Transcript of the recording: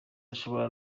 ashobora